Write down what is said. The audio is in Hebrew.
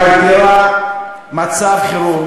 שמגדירה מצב חירום,